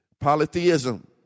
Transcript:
Polytheism